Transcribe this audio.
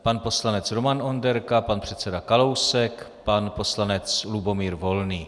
Pan poslanec Roman Onderka, pan předseda Kalousek, pan poslanec Lubomír Volný.